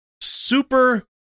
Super